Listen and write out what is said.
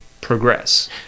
progress